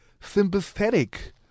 sympathetic